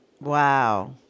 Wow